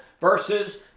versus